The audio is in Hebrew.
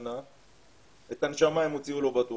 ישנה - אבל בטוח הם הוציאו לו את הנשמה.